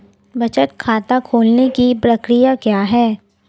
बचत खाता खोलने की प्रक्रिया क्या है?